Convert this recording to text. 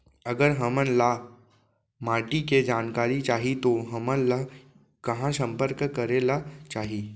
अगर हमन ला माटी के जानकारी चाही तो हमन ला कहाँ संपर्क करे ला चाही?